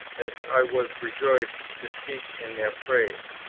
as i was rejoiced, to speak in their praise.